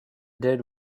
did